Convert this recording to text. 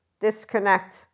disconnect